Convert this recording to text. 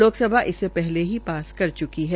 लोकसभा इसे पहले ही पास कर च्की है